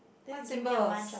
what symbols